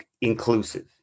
inclusive